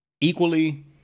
equally